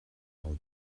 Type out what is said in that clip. hall